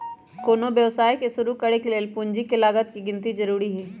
कोनो व्यवसाय के शुरु करे से पहीले पूंजी के लागत के गिन्ती जरूरी हइ